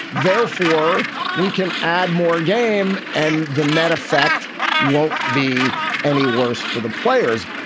therefore we can add more game and the net effect won't be any worse for the players.